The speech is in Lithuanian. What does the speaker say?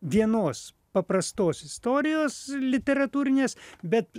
vienos paprastos istorijos literatūrinės bet